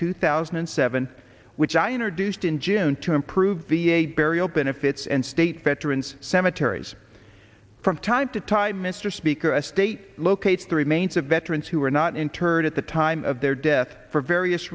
two thousand and seven which i entered deuced in june to improve v a burial benefits and state veterans cemeteries from time to time mr speaker a state locates the remains of veterans who were not interred at the time of their death for various